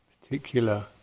particular